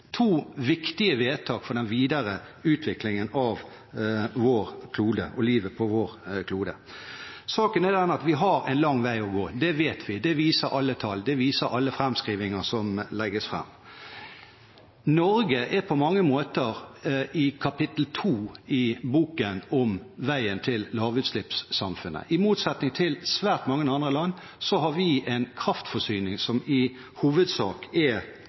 to viktige vedtak for den videre utviklingen av livet på vår klode. Saken er den at vi har en lang vei å gå. Det vet vi. Det viser alle tall. Det viser alle framskrivninger som legges fram. Norge er på mange måter i kapittel 2 i boken om veien til lavutslippssamfunnet. I motsetning til svært mange andre land har vi en kraftforsyning som i hovedsak er